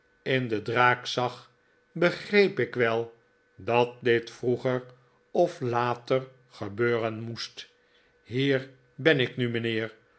in de draak zag begreep ik wel dat dit vroeger of later gebeuren moest hier ben ik nu mijnheer